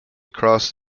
across